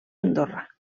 andorra